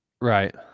Right